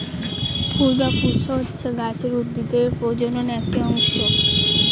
ফুল বা পুস্প হচ্ছে গাছের বা উদ্ভিদের প্রজনন একটি অংশ